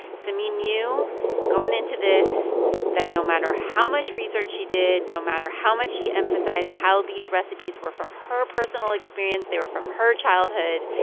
samin knew going into this that no matter how much research she did, no matter how much she emphasized how these recipes were from her personal experience, they were from her childhood,